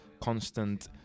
constant